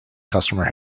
customer